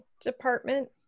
department